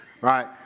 Right